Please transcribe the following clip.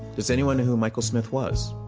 does anyone know who michael smith was?